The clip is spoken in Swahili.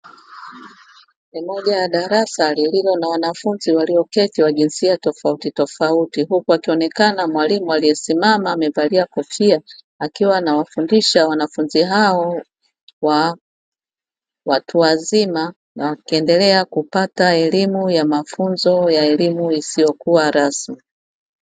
Ni moja ya darasa lililo na wanafunzi waloi keti ajinsia tofauti tofauti, huku akionekana na mwalimu aliye valia kofia, akiwa anawafundisha wanafunzi hao wa wtu wazima na wakindelea kupata elimu ya mafunzo ya elimu isiyokuwa rasmi.